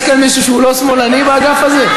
יש כאן מישהו שהוא לא שמאלני באגף הזה?